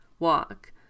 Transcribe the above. Walk